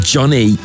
Johnny